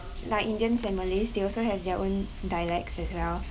like indians and malays they also have their own dialects as well